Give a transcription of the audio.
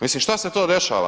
Mislim šta se to dešava?